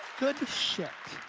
good shit.